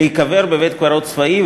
להיקבר בבית-קברות צבאי,